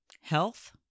health